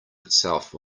itself